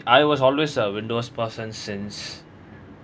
I was always a windows person since